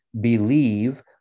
believe